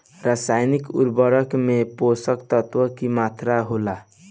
रसायनिक उर्वरक में पोषक तत्व की मात्रा होला?